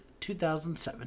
2007